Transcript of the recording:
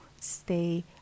stay